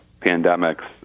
pandemics